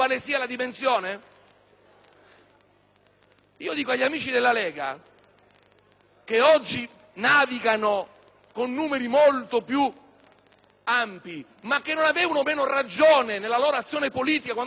rivolgo agli amici della Lega Nord, che oggi navigano con numeri molto più ampi, ma che non avevano meno ragione nella loro azione politica quando stavano al 3,9